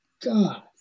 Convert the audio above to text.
God